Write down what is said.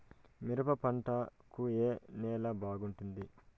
మిరప పంట కు ఏ నేల బాగుంటుంది?